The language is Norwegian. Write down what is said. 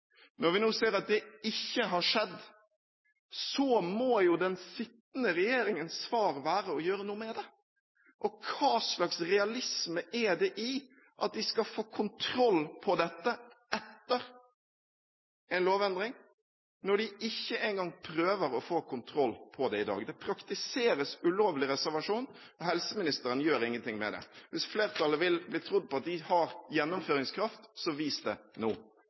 Når vi nå ser at det ikke har skjedd, må den sittende regjeringens svar være å gjøre noe med det. Hva slags realisme er det i at den skal få kontroll på dette etter en lovendring, når den ikke engang prøver å få kontroll på det i dag? Det praktiseres ulovlig reservasjon, og helseministeren gjør ingenting med det. Hvis flertallet vil bli trodd på at de har gjennomføringskraft, så vis det nå.